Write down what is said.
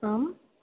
आम्